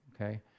okay